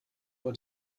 war